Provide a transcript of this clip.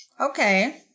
Okay